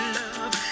love